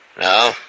No